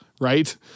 right